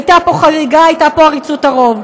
הייתה פה חריגה, הייתה פה עריצות הרוב.